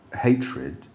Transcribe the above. hatred